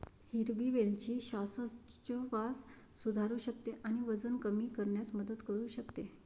हिरवी वेलची श्वासोच्छवास सुधारू शकते आणि वजन कमी करण्यास मदत करू शकते